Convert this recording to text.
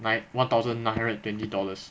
like one thousand nine hundred and twenty dollars